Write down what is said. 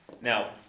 Now